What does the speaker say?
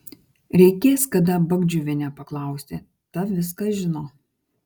reikės kada bagdžiuvienę paklausti ta viską žino